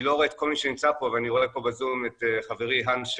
אני לא רואה את כל מי שנמצא פה אבל אני רואה פה בזום את חברי הנס-